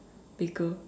baker